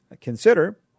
consider